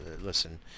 listen